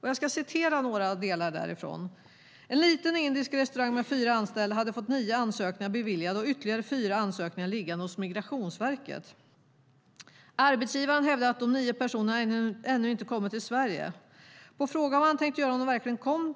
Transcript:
Jag ska citera några delar därifrån. "Liten indisk restaurang med fyra anställda hade fått nio ansökningar beviljade och hade ytterligare fyra ansökningar liggande hos Migrationsverket. Arbetsgivaren hävdade att de nio personerna ännu inte kommit till Sverige. På frågan vad han tänkte göra om de verkligen kom